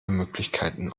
möglichkeiten